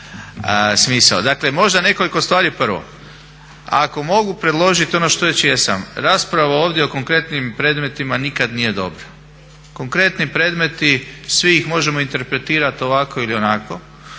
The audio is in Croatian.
Dakle, možda nekoliko stvari. Prvo, ako mogu predložiti ono što već jesam rasprava ovdje o konkretnim predmetima nikad nije dobra. Konkretni predmeti, svi ih možemo interpretirati ovako ili onako.